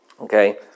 okay